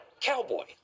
Cowboy